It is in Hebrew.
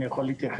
אני יכול להתייחס.